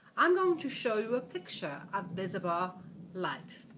i'm going to show you a picture of visible light.